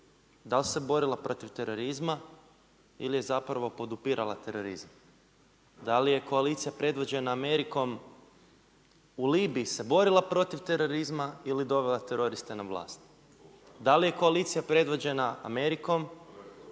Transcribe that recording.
dal se borila protiv terorizma, ili je zapravo podupirala terorizam? Da li je koalicija predvođena Amerikom u Libiji se borila protiv terorizma ili dovela teroriste na vlast? Da li je koalicija predvođena Amerikom,